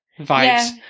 vibes